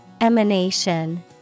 Emanation